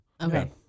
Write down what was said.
Okay